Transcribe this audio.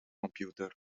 computer